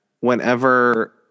whenever